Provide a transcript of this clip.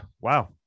wow